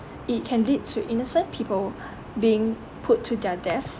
it can lead to innocent people being put to their deaths